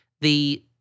the-